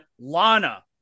Lana